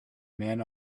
man